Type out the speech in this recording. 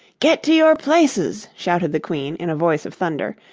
get to your places shouted the queen in a voice of thunder,